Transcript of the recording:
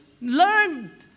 learn